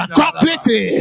complete